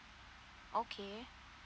okay